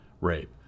rape